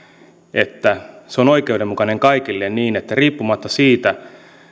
että se on oikeudenmukainen kaikille niin että riippumatta siitä